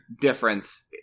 difference